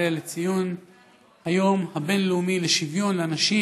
לציון היום הבין-לאומי לשוויון לאנשים